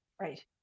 Right